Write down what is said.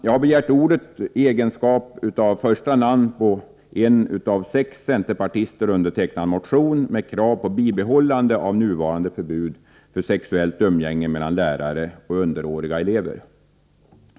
Jag har begärt ordet därför att mitt namn står först bland namnen under en av mig och fem andra centerpartister undertecknad motion där vi kräver ett bibehållande av nuvarande förbud för sexuellt umgänge mellan lärare och underåriga elever.